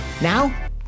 Now